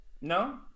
no